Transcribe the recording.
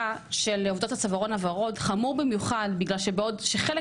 של עובדות הצווארון הוורוד חמור במיוחד וזאת בגלל שבעוד שחלק